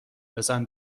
بزن